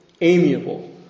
Amiable